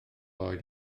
oed